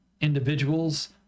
individuals